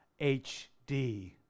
HD